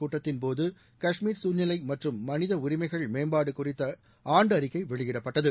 கூட்டத்தின் பேபாதுக்கிஷ்மடீரர் பேசூழ்நிலை மாற்றும் ம்னித்து உரிமைகள் மேம்பாடு குறித்து ஆண்டு அறிதக்கை வெளியிட்பட்டைது